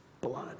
blood